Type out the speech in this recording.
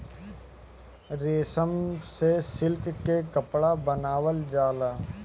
रेशम से सिल्क के कपड़ा बनावल जाला